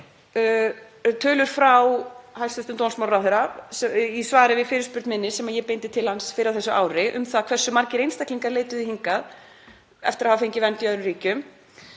fram frá hæstv. dómsmálaráðherra í svari við fyrirspurn minni sem ég beindi til hans fyrr á þessu ári um það hversu margir einstaklingar leituðu hingað eftir að hafa fengið vernd í öðrum ríkjum.